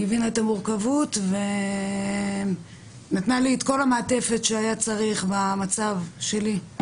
היא הבינה את המורכבות ונתנה לי את כל המעטפת שהיה צריך במצב שלי.